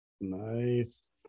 nice